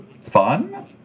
fun